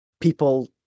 people